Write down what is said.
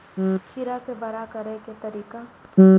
खीरा के बड़ा करे के तरीका?